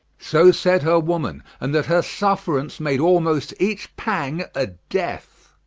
so said her woman, and that her suffrance made almost each pang, a death